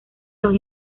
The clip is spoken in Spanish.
los